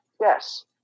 Yes